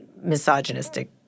misogynistic